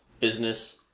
business